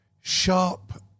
sharp